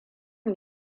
mu